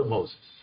Moses